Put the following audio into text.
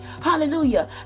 Hallelujah